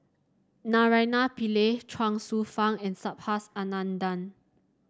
Naraina Pillai Chuang Hsueh Fang and Subhas Anandan